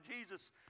Jesus